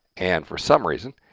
and for some reason,